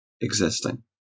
existing